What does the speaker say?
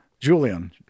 Julian